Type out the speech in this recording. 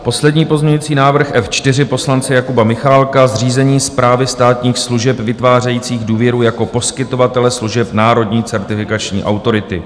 Poslední pozměňovací návrh, F4 poslance Jakuba Michálka zřízení správy státních služeb vytvářejících důvěru jako poskytovatele služeb Národní certifikační autority.